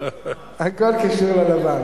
הכול קשור ללבן.